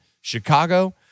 Chicago